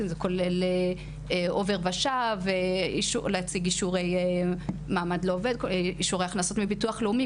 זה כולל עובר ושב ולהציג אישורי הכנסות מביטוח לאומי,